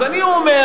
אז אני אומר,